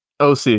OC